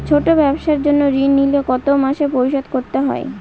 ছোট ব্যবসার জন্য ঋণ নিলে কত মাসে পরিশোধ করতে হয়?